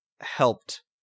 helped